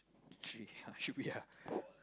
three ah should be ah